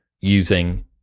using